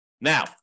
Now